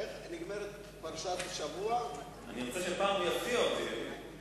איך שנגמרת פרשת השבוע, אני